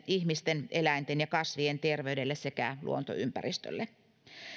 ihmisten eläinten ja kasvien terveydelle sekä luontoympäristölle